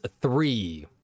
three